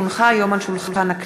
כי הונחו היום על שולחן הכנסת,